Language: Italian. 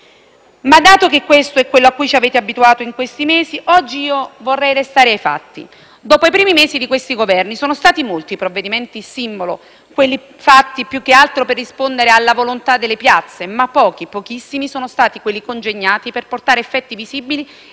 Dato che questo è quello a cui ci avete abituato in questi mesi, oggi vorrei restare ai fatti. Nei primi mesi di questo Governo, molti sono stati i provvedimenti simbolo, fatti più che altro per rispondere alla volontà delle piazze, ma pochissimi sono stati quelli congegnati per portare effetti visibili